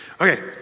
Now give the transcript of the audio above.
Okay